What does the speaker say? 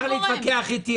אפשר להתווכח איתי,